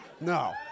No